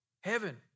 heaven